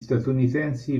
statunitensi